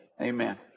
amen